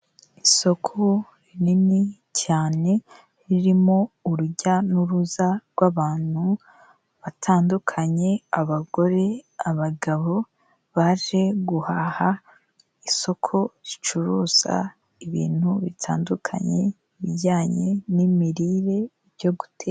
Isoko rinini cyane ririmo urujya n'uruza rw'abantu batandukanye, abagore abagabo baje guhaha isoko ricuruza ibintu bitandukanye bijyanye n'imirire byo guteka.